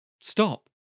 stop